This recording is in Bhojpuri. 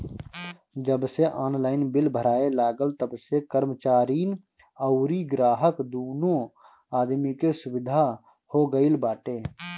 जबसे ऑनलाइन बिल भराए लागल तबसे कर्मचारीन अउरी ग्राहक दूनो आदमी के सुविधा हो गईल बाटे